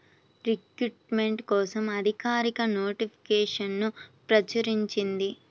recruitment కోసం అధికారిక నోటిఫికేషన్ను ప్రచురించింది